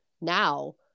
now